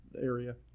area